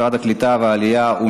משרד הקליטה והעלייה,